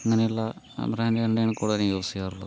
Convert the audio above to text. അങ്ങനെയുള്ള ബ്രാന്ഡിൻ്റെയാണ് കൂടുതല് യൂസ് ചെയ്യാറുള്ളത്